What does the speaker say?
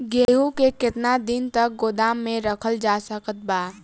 गेहूँ के केतना दिन तक गोदाम मे रखल जा सकत बा?